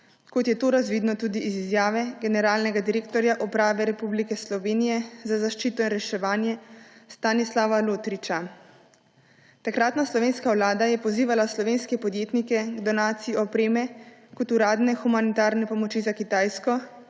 kot je to razvidno tudi iz izjave generalnega direktorja Uprave Republike Slovenije za zaščito in reševanje Stanislava Lotriča. Takratna slovenska vlada je pozivala slovenske podjetnike k donaciji opreme kot uradne humanitarne pomoči za Kitajsko,